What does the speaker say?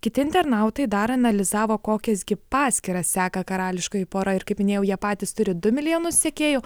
kiti internautai dar analizavo kokias gi paskyras seka karališkoji pora ir kaip minėjau jie patys turi du milijonus sekėjų